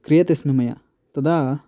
क्रियते स्म मया तदा